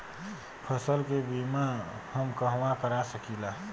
फसल के बिमा हम कहवा करा सकीला?